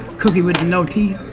cookie with the no teeth?